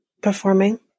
performing